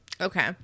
Okay